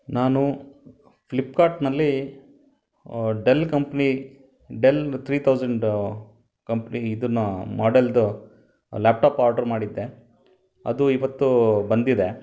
ನಾನು ಫ್ಲಿಪ್ಕಾರ್ಟ್ನಲ್ಲಿ Dell company Dell three thousand company ಇದನ್ನ ಮಾಡೆಲ್ದು ಲ್ಯಾಪ್ಟಾಪ್ ಆರ್ಡ್ರು ಮಾಡಿದ್ದೆ ಅದು ಇವತ್ತು ಬಂದಿದೆ